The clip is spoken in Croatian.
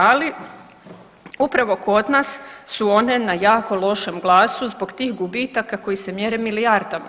Ali upravo kod nas su one na jako lošem glasu zbog tih gubitaka koji se mjere milijardama.